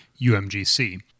UMGC